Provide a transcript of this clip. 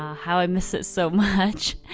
ah how i miss it so much.